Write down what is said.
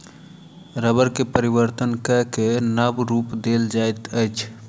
रबड़ के परिवर्तन कय के नब रूप देल जाइत अछि